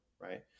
right